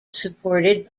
supported